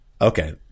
okay